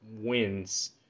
wins